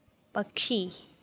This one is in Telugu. పక్షి